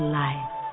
life